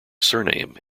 surname